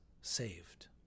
saved